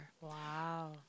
Wow